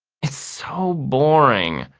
it's so boring!